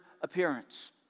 appearance